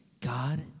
god